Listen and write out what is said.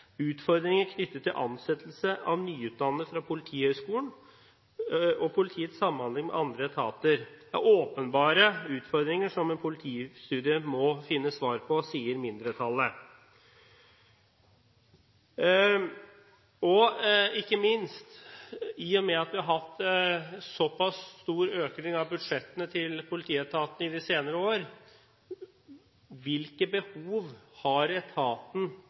utfordringer knyttet til ansettelse av nyutdannede fra Politihøgskolen og politiets samhandling med andre etater. Det er åpenbare utfordringer som en politistudie må finne svar på, sier mindretallet. Ikke minst må vi spørre, i og med at vi har hatt såpass stor økning i budsjettene til politietaten i de senere år: Hvilke behov har etaten